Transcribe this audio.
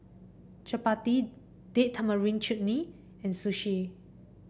Chapati Date Tamarind Chutney and Sushi